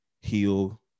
heal